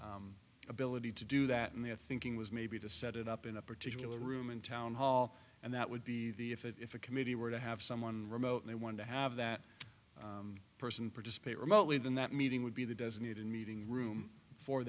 ability to do that in their thinking was maybe to set it up in a particular room in town hall and that would be the if if a committee were to have someone remotely wanted to have that person participate remotely then that meeting would be the designated meeting room for